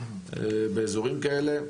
באזורים כאלה.